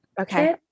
Okay